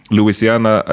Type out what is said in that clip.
Louisiana